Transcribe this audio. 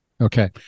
Okay